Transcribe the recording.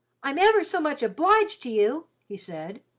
i'm ever so much obliged to you! he said,